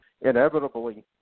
Inevitably